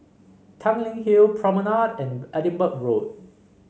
Tanglin Hill Promenade and Edinburgh Road